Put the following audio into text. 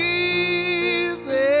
easy